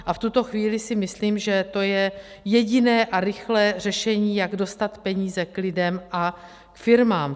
A v tuto chvíli si myslím, že to je jediné a rychlé řešení, jak dostat peníze k lidem a firmám.